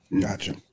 Gotcha